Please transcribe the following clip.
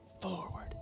Forward